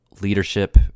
leadership –